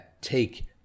take